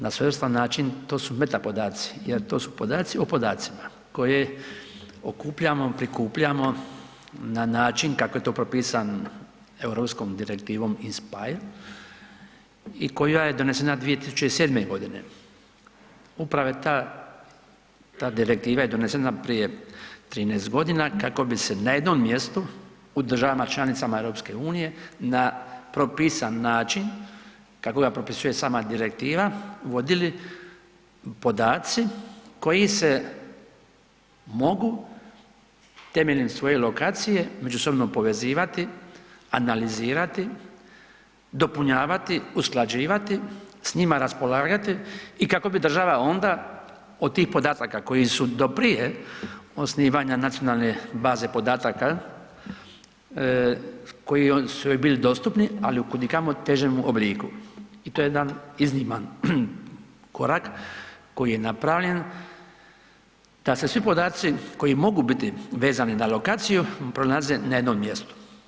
Na svojstven način to su meta podaci jer to su podaci o podacima koje okupljamo, prikupljamo na način kako je to propisan europskom direktivom Inspire i koja je donesena 2007. g. Upravo ta Direktiva je donesena prije 13 godina kako bi se na jednom mjestu u državama članicama EU na propisan način kako ga propisuje sama Direktiva vodili podaci koji se mogu temeljem svoje lokacije međusobno povezivati, analizirati, dopunjavati, usklađivati, s njima raspolagati i kako bi država onda od tih podataka koji su do prije osnivanja nacionalne baze podataka koji su joj bili dostupni, ali u kudikamo težem obliku i to je jedan izniman korak koji je napravljen da se svi podaci koji mogu biti vezani na lokaciju pronalaze na jednom mjestu.